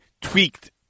tweaked